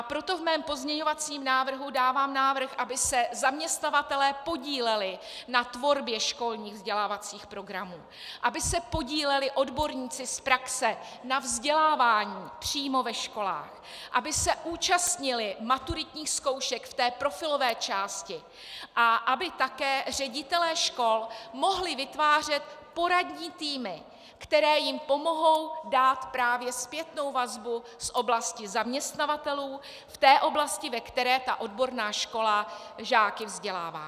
Proto ve svém pozměňovacím návrhu dávám návrh, aby se zaměstnavatelé podíleli na tvorbě školních vzdělávacích programů, aby se odborníci z praxe podíleli na vzdělávání přímo ve školách, aby se účastnili maturitních zkoušek v té profilové části a aby také ředitelé škol mohli vytvářet poradní týmy, které jim pomohou dát právě zpětnou vazbu z oblasti zaměstnavatelů v té oblasti, ve které ta odborná škola žáky vzdělává.